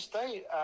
State